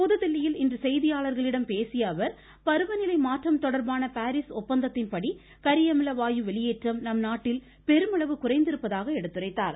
புதுதில்லியில் இன்று செய்தியாளர்களிடம் பேசிய அவர் பருவநிலை மாற்றம் தொடர்பான பாரிஸ் ஒப்பந்தத்தின்படி கரியமிலவாயு வெளியேற்றம் நம்நாட்டில் பெருமளவு குறைந்திருப்பதாக எடுத்துரைத்தார்